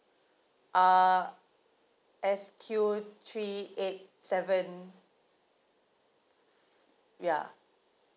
uh S Q three eight seven ya